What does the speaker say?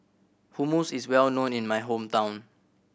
hummus is well known in my hometown